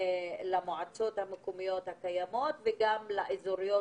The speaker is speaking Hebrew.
למועצות המקומיות הקיימות ולמועצות האזוריות